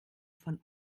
von